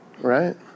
right